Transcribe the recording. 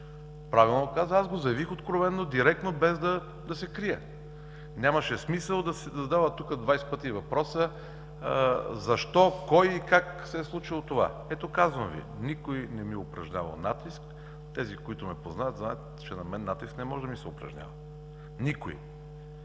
внимателно го слушах, заявих го откровено, директно, без да се крия. Нямаше смисъл тук да се задава двадесет пъти въпросът защо, кой и как се е случило това? Ето казвам Ви: никой не ми е упражнявал натиск. Тези, които ме познават, знаят, че на мен натиск не може да ми се упражнява. Никой